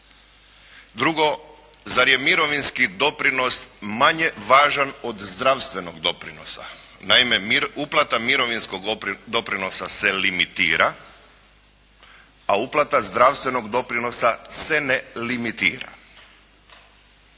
Drugo, zar je mirovinski doprinos manje važan od zdravstvenog doprinosa? Naime, uplata mirovinskog doprinosa se limitira, a uplata zdravstvenog doprinosa se ne limitira.